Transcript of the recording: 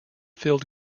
filled